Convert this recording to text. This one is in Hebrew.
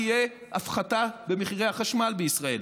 תהיה הפחתה במחירי החשמל בישראל,